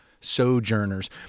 sojourners